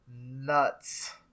Nuts